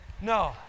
No